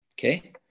Okay